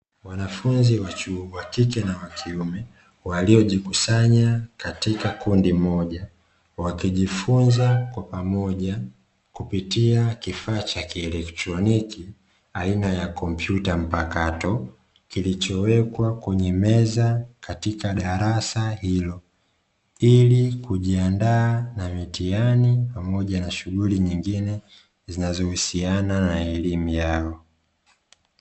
Wanafunzi wa chuo wa kike na kiume, waliyojikusanya katika kundi moja, wakijifunza kwa pamoja kupitia kifaa cha kielectroniki aina ya computa mpakato, kilicho wekwa kwenye meza katika darasa hilo, ili kujiandaa na mitihani, pamoja na shughuli nyingine zinazohusiana na elimu yao.